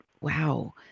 Wow